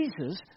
Jesus